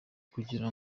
kugira